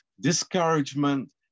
discouragement